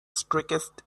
strictest